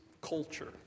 culture